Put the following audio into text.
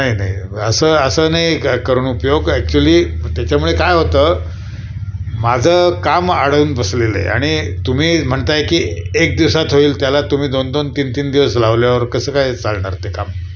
नाही नाही असं असं नाही का करून उपयोग ॲक्च्युली त्याच्यामुळे काय होतं माझं काम आढून बसलेलं आहे आणि तुम्ही म्हणताय की एक दिवसात होईल त्याला तुम्ही दोन दोन तीन तीन दिवस लावल्यावर कसं काय चालणार ते काम